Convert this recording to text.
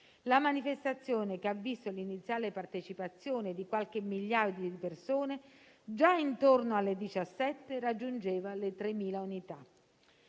La manifestazione, che ha visto l'iniziale partecipazione di qualche migliaio di persone, già intorno alle 17 raggiungeva le 3.000 unità.